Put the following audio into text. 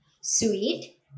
sweet